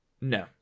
No